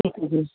ਠੀਕ ਹੈ ਜੀ